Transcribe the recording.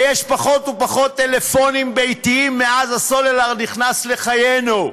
ויש פחות ופחות טלפונים ביתיים מאז הסלולר נכנס לחיינו,